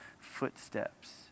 footsteps